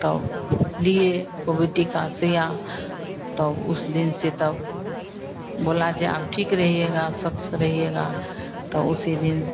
तब लिए कोविड टीका सुइयां तो उस दिन से तब बोला ये अब ठीक रहिएगा स्वस्थ रहिएगा तो उसी दिन